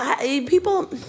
people